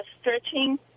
stretching